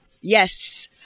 yes